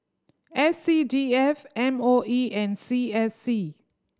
S C D F M O E and C S C